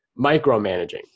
micromanaging